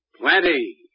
Plenty